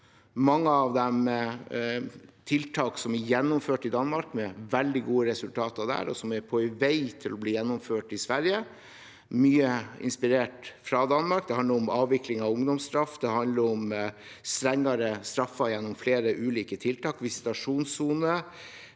Mange av dem er tiltak som er gjennomført i Danmark, med veldig gode resultater, og som er på vei til å bli gjennomført i Sverige, mye inspirert av Danmark. Det handler om avvikling av ungdomsstraff, det handler om strengere straffer gjennom flere ulike tiltak, og om visitasjonssone